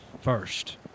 first